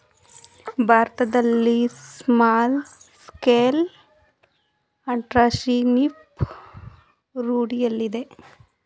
ಭಾರತದಲ್ಲಿ small scale entrepreneurship ರೂಢಿಯಲ್ಲಿದೆ